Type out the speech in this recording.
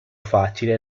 facile